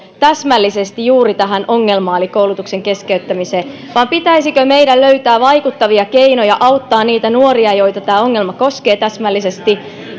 täsmällisesti juuri tähän ongelmaan eli koulutuksen keskeyttämiseen vai pitäisikö meidän löytää vaikuttavia keinoja auttaa niitä nuoria joita tämä ongelma koskee täsmällisesti